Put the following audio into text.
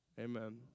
Amen